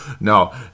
No